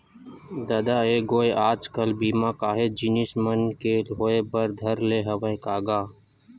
ददा ऐ गोय आज कल बीमा काहेच जिनिस मन के होय बर धर ले हवय का गा?